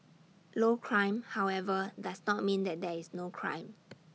low crime however does not mean that there is no crime